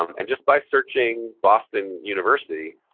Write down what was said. um and just by searching boston university,